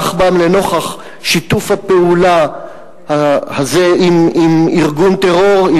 בם לנוכח שיתוף הפעולה הזה עם ארגון טרור,